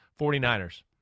49ers